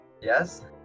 Yes